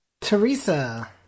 Teresa